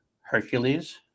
Hercules